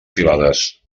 filades